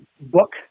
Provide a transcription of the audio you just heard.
book